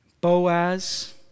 Boaz